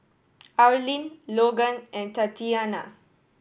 Arlene Logan and Tatiana